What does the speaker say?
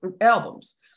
albums